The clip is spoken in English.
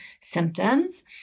symptoms